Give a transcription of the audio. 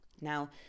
Now